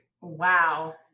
Wow